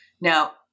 Now